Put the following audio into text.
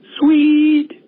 Sweet